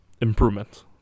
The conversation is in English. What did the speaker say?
improvement